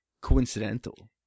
coincidental